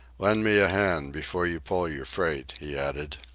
lend me a hand before you pull your freight, he added.